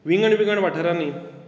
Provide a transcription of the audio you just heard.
विंगड विंगड वाठारांनीं